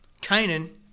Canaan